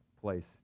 place